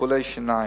טיפולי שיניים.